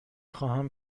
خواهم